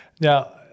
Now